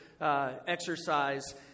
exercise